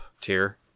tier